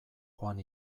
joan